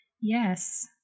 yes